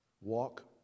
walk